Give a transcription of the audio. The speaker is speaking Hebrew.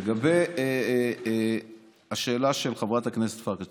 לגבי השאלה של חברת הכנסת פרקש,